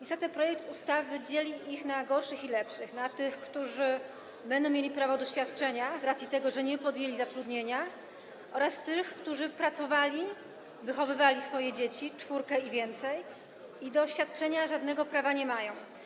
Niestety projekt ustawy dzieli ich na gorszych i lepszych, na tych, którzy będą mieli prawo do świadczenia z racji tego, że nie podjęli zatrudnienia, oraz tych, którzy pracowali, wychowywali swoje dzieci - czwórkę i więcej - i do świadczenia żadnego prawa nie mają.